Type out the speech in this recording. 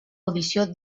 audició